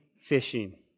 fishing